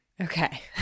Okay